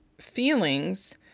feelings